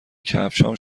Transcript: کفشهام